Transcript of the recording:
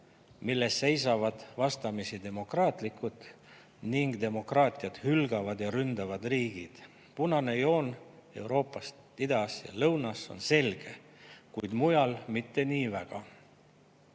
milles seisavad vastamisi demokraatlikud ning demokraatiat hülgavad ja ründavad riigid. Punane joon Euroopast idas ja lõunas on selge, kuid mujal mitte nii väga.